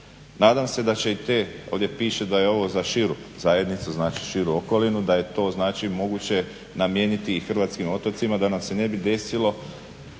Nadam se da će i te, ovdje piše da je ovo za širu zajednicu, znači širu okolinu, da je to znači moguće namijeniti i hrvatskim otocima da nam se ne bi desilo